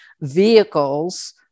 vehicles